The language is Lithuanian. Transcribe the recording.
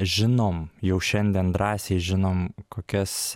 žinom jau šiandien drąsiai žinom kokias